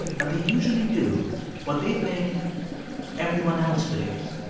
but they usually do what they think everyone else believes